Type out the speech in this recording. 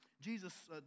Jesus